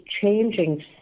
changing